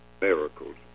miracles